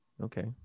Okay